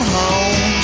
home